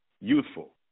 youthful